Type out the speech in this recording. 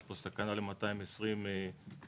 יש פה סכנה ל-220 עובדים.